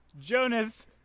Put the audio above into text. Jonas